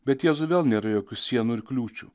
bet jėzui vėl nėra jokių sienų ir kliūčių